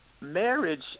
marriage